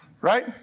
right